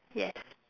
yes